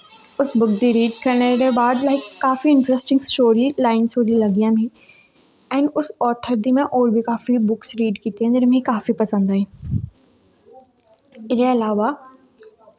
उस बुक गी रीड करने दे बाद में लाई काफी इंटरस्टिंग स्टोरज लाईस लग्गियां मी ऐंड उस आथर में दी होर बी काफी बुक्स रीड कीतियां जेह्ड़ियां मिगी काफी पसंद आइयां एह्दे इलावा